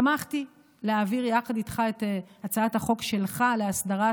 שמחתי להעביר יחד איתך את הצעת החוק שלך להסדרת